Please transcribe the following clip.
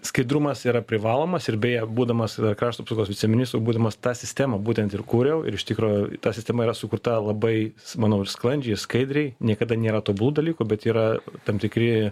skaidrumas yra privalomas ir beje būdamas krašto apsaugos viceministru būdamas tą sistemą būtent ir kūriau ir iš tikro ta sistema yra sukurta labai manau ir sklandžiai ir skaidriai niekada nėra tobulų dalykų bet yra tam tikri